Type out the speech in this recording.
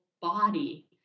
body